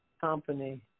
company